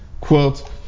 quote